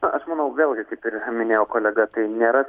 na aš manau vėlgi kaip ir minėjo kolega tai nėra